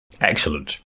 Excellent